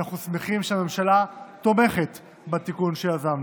ואנחנו שמחים שהממשלה תומכת בתיקון שיזמנו.